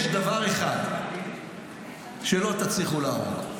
המליאה.) יש דבר אחד שלא תצליחו להרוג,